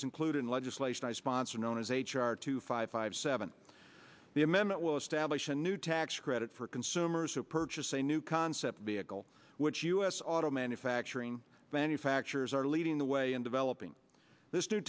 was included in legislation i sponsored known as h r two five five seven the amendment will establish a new tax credit for consumers who purchase a new concept vehicle which u s auto manufacturing manufacturers are leading the way in developing this new